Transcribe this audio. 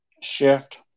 shift